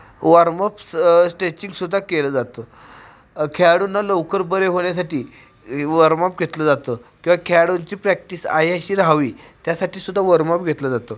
warm up स स्ट्रेचिंगसुद्धा केलं जातं खेळाडूंना लवकर बरे होण्यासाठी वॉर्मअप घेतलं जातं किवा खेळाडूंची प्रॅक्टिस आहे अशी राहावी त्यासाठीसुद्धा वॉर्मअप घेतलं जातं